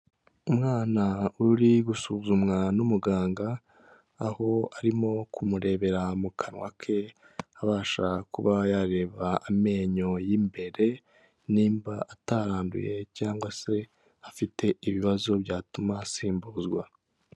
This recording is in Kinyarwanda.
Umwana uri gusuzumwa n'umuganga, aho arimo kumurebera mu kanwa ke, abasha kuba yareba amenyo y'imbere, nimba ataranduye cyangwa se afite ibibazo byatuma asimbuzwa.